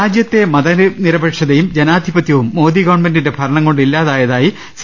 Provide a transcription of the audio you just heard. രാജ്യത്തെ മതനിരപേക്ഷതയും ജനാധിപത്യവും മോദി ഗവൺമെന്റിന്റെ ഭരണംകൊണ്ട് ഇല്ലാതായതായി സി